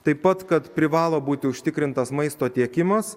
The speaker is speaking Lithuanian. taip pat kad privalo būti užtikrintas maisto tiekimas